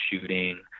shooting